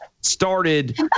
started